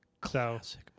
Classic